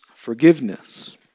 forgiveness